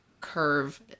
curve